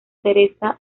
teresa